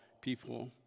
people